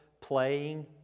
playing